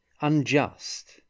unjust—